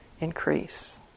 increase